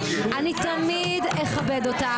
כל עוד נפשי בי אזכיר איך שדדתם את הימין.